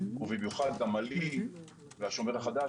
ובמיוחד עמלי והשומר החדש,